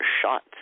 shot